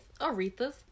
aretha's